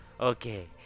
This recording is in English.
Okay